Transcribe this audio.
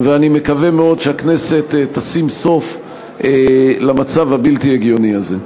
ואני מקווה מאוד שהכנסת תשים סוף למצב הבלתי-הגיוני הזה.